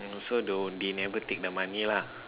oh so tho~ they never take the money lah